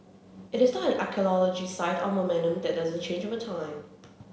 it is not an archaeological site or that doesn't change over time